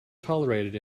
tolerated